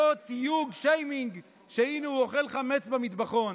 אותו תיוג, שיימינג: הינה, הוא אוכל חמץ במטבחון.